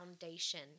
foundation